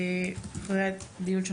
אחרי אותן תשע